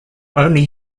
only